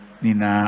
nina